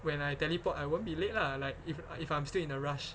when I teleport I won't be late lah like if if I'm still in a rush